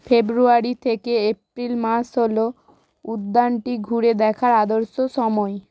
ফেব্রুয়ারি থেকে এপ্রিল মাস হল উদ্যানটি ঘুরে দেখার আদর্শ সময়